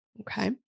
okay